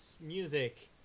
music